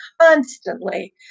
constantly